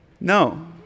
No